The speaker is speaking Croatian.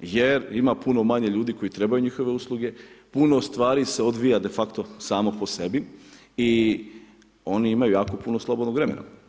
jer ima puno manje ljudi, koji trebaju njihove usluge, puno stvari se odvija, de facto samo po sebi i oni imaju jako puno slobodnog vremena.